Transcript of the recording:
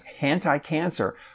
anti-cancer